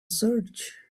search